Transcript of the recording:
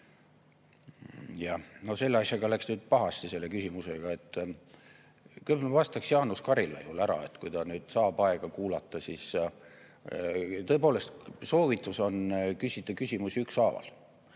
No selle asjaga läks nüüd pahasti, selle küsimusega. Ma vastaksin Jaanus Karilaiule ära, et kui ta nüüd saab aega kuulata, siis tõepoolest, soovitus on küsida küsimusi ükshaaval.